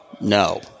No